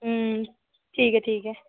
अं ठीक ऐ ठीक ऐ